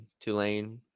Tulane